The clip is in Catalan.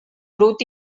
brut